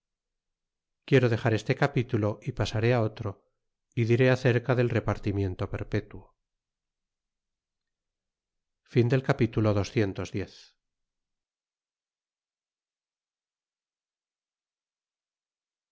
quiero dexar este capitulo y pasaré otro y diré acerca del repartimiento perpetuo capitulo